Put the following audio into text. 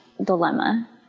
dilemma